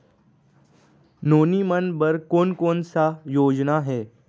नोनी मन बर कोन कोन स योजना हे?